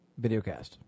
Videocast